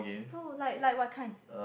oh like like what kind